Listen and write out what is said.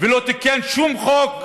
ולא תיקן שום חוק,